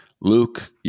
Luke